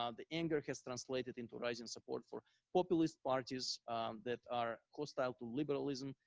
um the anger has translated into rising support for populist parties that are hostile to liberalism,